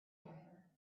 driver